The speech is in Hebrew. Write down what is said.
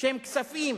שהם כספים